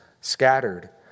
scattered